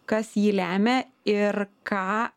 kas jį lemia ir ką